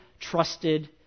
trusted